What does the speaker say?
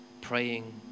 praying